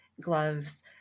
gloves